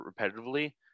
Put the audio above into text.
repetitively